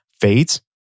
fades